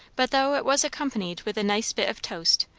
but though it was accompanied with a nice bit of toast,